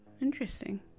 Interesting